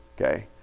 okay